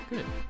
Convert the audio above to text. Good